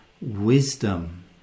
wisdom